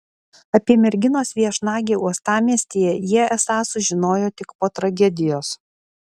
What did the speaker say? apie merginos viešnagę uostamiestyje jie esą sužinojo tik po tragedijos